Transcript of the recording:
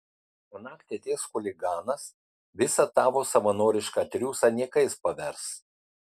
o naktį ateis chuliganas visą tavo savanorišką triūsą niekais pavers